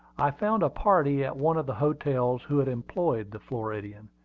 i found a party at one of the hotels who had employed the floridian,